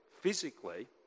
physically